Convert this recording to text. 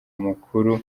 amakuru